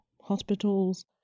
hospitals